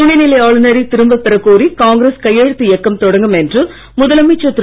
துணைநிலை ஆளுநரை திரும்பப் பெறக் கோரி காங்கிரஸ் கையெழுத்து இயக்கம் தொடங்கும் என்று முதலமைச்சர் திரு